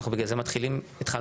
אנחנו בגלל זה התחלנו עכשיו,